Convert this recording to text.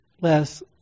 less